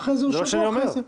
שיותר הסכמות.